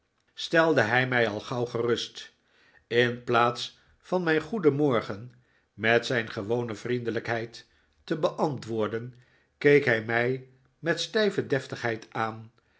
stelde hij mij al gauw gerust in plaats van mijn goeden morgen met zijn gewone vriendelijkheid te beantwoorden keek hij mij met stijve deftigheid aan